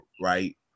right